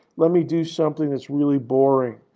let me do something that's really boring,